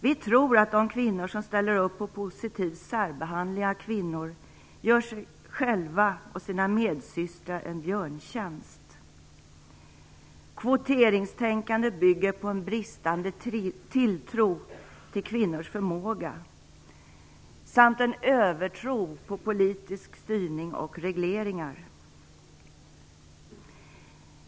Vi tror att de kvinnor som ställer upp på en positiv särbehandling av kvinnor gör sig själva och sina medsystrar en björntjänst. Kvoteringstänkandet bygger på en bristande tilltro till kvinnors förmåga samt en övertro på politisk styrning och regleringar.